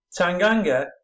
Tanganga